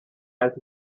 out